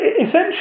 Essentially